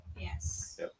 Yes